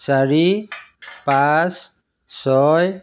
চাৰি পাঁচ ছয়